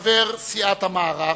וחבר סיעת המערך,